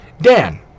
Dan